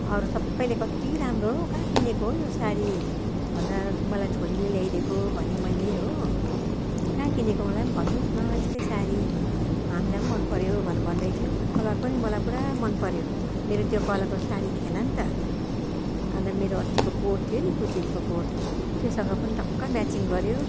अरू सबैले कति राम्रो हौ कहाँ किनेको हो यो साडी भन्दा मलाई छोरीले ल्याइदिएको भने मैले हो कहाँ किनेको मलाई पनि भन्नुहोस् न यस्तै साडी हामलाई पनि मनपऱ्यो भन् भन्दै थियो कलर पनि मलाई पुरा मनपऱ्यो मेरो त्यो कलरको साडी थिएन नि त अन्त मेरो अस्तिको कोट थियो नि कुचिनको कोट त्योसँग पनि टक्क म्याचिङ गऱ्यो